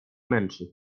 męczy